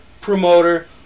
promoter